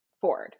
Ford